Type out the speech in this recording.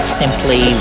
simply